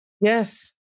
Yes